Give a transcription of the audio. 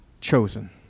chosen